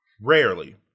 rarely